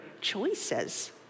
choices